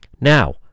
Now